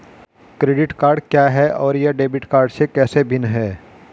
Credit card क्या है और यह डेबिट कार्ड से कैसे भिन्न है?